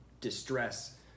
distress